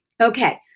Okay